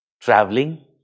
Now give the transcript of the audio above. traveling